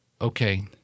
Okay